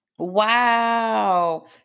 Wow